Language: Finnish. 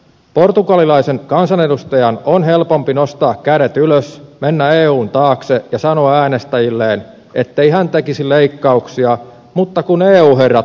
portugalilaisen kansanedustajan on helpompi nostaa kädet ylös mennä eun taakse ja sanoa äänestäjilleen ettei hän tekisi leikkauksia mutta kun eu herrat brysselistä määräävät